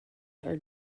are